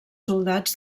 soldats